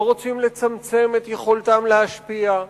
לא רוצים לצמצם את יכולתם להשפיע.